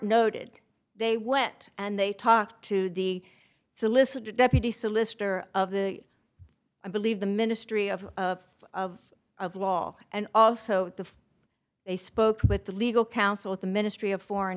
noted they went and they talked to the solicitor deputy solicitor of the i believe the ministry of of of of law and also the they spoke with the legal counsel at the ministry of foreign